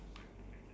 ya